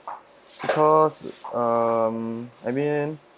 because um I mean